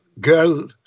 girl